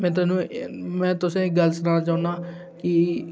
में थुहानूं में तुसें ई इक गल्ल सनाना चाह्न्नां कि